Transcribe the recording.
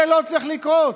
זה לא צריך לקרות.